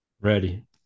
Ready